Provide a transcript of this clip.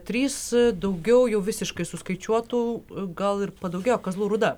trys daugiau jau visiškai suskaičiuotų gal ir padaugėjo kazlų rūda